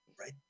Right